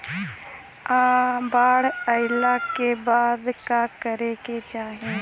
बाढ़ आइला के बाद का करे के चाही?